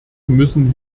müssen